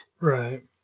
Right